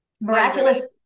Miraculous